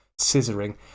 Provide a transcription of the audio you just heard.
scissoring